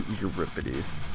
Euripides